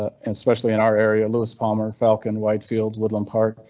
and specially in our area. lewis palmer, falcon widefield woodland park,